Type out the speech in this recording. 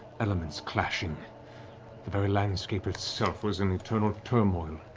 elements clashing. the very landscape itself was in eternal turmoil,